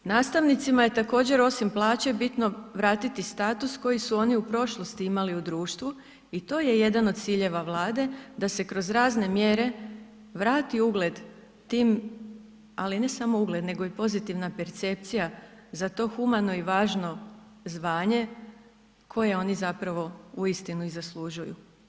Nastavnicima je također osim plaće bitno vratiti status koji su oni u prošlosti imali u društvu i to je jedan od ciljeva Vlade da se kroz razne mjere vrati ugled tim, ali ne samo ugled nego i pozitivna percepcija za to humano i važno zvanje koje oni zapravo uistinu i zaslužuju.